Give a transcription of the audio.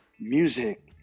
music